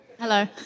Hello